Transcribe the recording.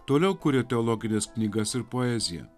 toliau kuria teologines knygas ir poeziją